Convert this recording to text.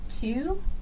two